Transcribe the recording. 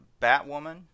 Batwoman